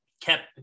kept